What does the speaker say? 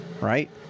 right